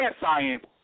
science